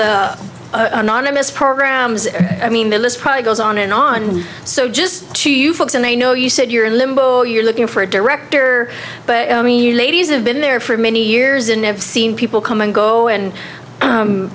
the anonymous programs i mean the list probably goes on and on so just to you folks and i know you said you're in limbo you're looking for a director but i mean you ladies have been there for many years and never seen people come and go and